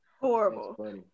Horrible